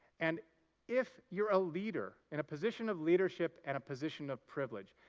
and if you're a leader in a position of leadership and a position of privilege,